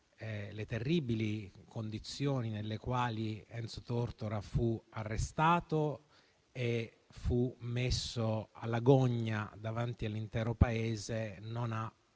le terribili condizioni nelle quali Enzo Tortora fu arrestato e messo alla gogna davanti all'intero Paese non ha